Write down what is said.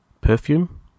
Perfume